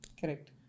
Correct